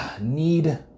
need